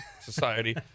society